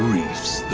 reefs